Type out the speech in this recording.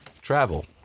Travel